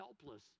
helpless